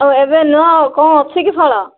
ଆଉ ଏବେ ନୂଆ କ'ଣ ଅଛି କି ଫଳ